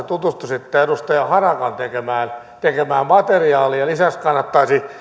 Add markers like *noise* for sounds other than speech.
*unintelligible* tutustuisitte edustaja harakan tekemään tekemään materiaaliin ja lisäksi kannattaisi